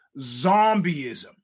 zombieism